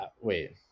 wait